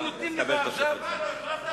תקבל תוספת זמן.